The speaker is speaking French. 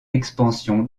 expansion